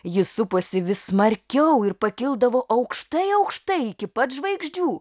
ji suposi vis smarkiau ir pakildavo aukštai aukštai iki pat žvaigždžių